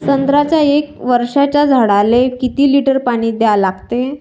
संत्र्याच्या एक वर्षाच्या झाडाले किती लिटर पाणी द्या लागते?